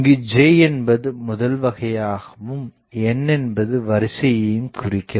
இங்கு J என்பது முதல் வகையாகவும் n என்பது வரிசையையும் குறிக்கும்